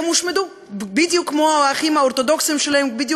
הושמדו בדיוק כמו האחים האורתודוקסים שלהם ובדיוק